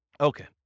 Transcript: Okay